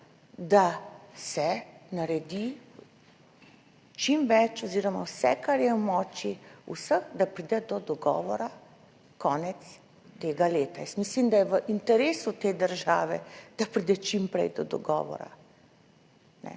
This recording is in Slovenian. da se naredi čim več oziroma vse, kar je v moči vseh, da pride do dogovora konec tega leta. Jaz mislim, da je v interesu te države, da pride čim prej do dogovora.